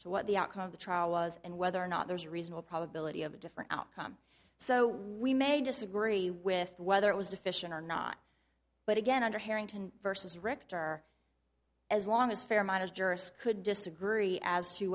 to what the outcome of the trial was and whether or not there's a reasonable probability of a different outcome so we may disagree with whether it was deficient or not but again under harrington versus rector as long as fair minded jurists could disagree as to